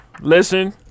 Listen